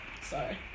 Sorry